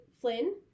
Flynn